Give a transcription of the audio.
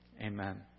Amen